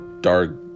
dark